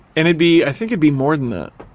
and it'd be, i think it'd be more than that.